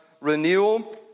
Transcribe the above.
renewal